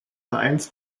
vereins